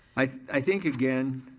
i think, again,